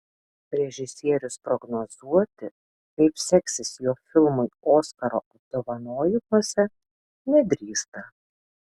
režisierius prognozuoti kaip seksis jo filmui oskaro apdovanojimuose nedrįsta